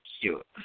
cute